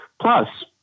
Plus